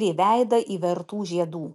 ir į veidą įvertų žiedų